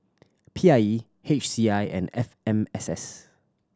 P I E H C I and F M S S